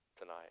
tonight